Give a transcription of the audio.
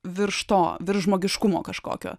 virš to virš žmogiškumo kažkokio